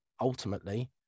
ultimately